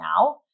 now